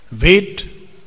Wait